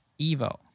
Evo